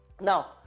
Now